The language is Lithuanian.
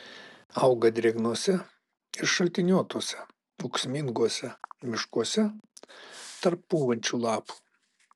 auga drėgnuose ir šaltiniuotuose ūksminguose miškuose tarp pūvančių lapų